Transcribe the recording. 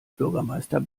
bürgermeister